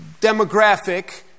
demographic